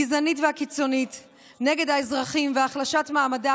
הגזענית והקיצונית נגד האזרחים והחלשת מעמדה